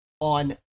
on